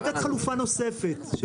לתת חלופה נוספת.